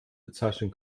bezeichnen